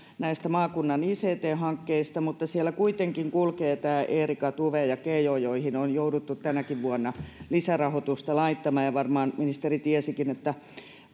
näistä maakunnan ict hankkeista mutta siellä kuitenkin kulkevat nämä erica tuve ja kejo joihin on jouduttu tänäkin vuonna lisärahoitusta laittamaan ja varmaan ministeri tiesikin että